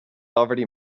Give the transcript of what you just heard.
already